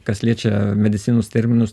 kas liečia medicinos terminus